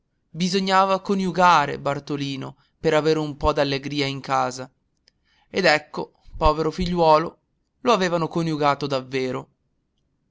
bisognava coniugare bartolino per avere un po d'allegria in casa ed ecco povero figliuolo lo avevano coniugato davvero